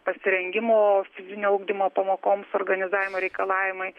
pasirengimo fizinio ugdymo pamokoms organizavimo reikalavimai